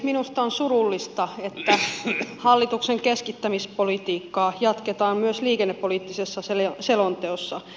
minusta on surullista että hallituksen keskittämispolitiikkaa jatketaan myös liikennepoliittisessa selonteossa